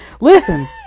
listen